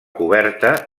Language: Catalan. coberta